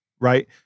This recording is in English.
right